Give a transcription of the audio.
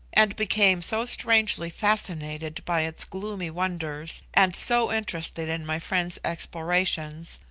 and became so strangely fascinated by its gloomy wonders, and so interested in my friend's explorations,